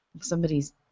somebody's